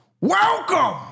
welcome